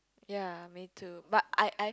ya me too but I I